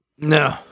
No